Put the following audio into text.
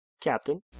Captain